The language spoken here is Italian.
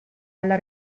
alla